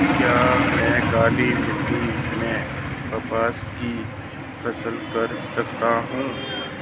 क्या मैं काली मिट्टी में कपास की फसल कर सकता हूँ?